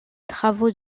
travaux